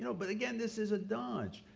you know but again, this is a dodge.